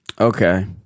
Okay